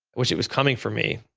what she was coming for me,